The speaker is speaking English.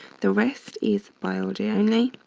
the rest is biology only.